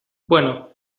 bueno